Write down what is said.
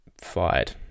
fired